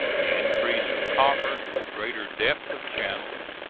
the increase of commerce, with greater depths of channels,